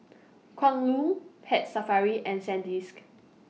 Kwan Loong Pet Safari and Sandisk